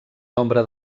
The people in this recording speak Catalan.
nombre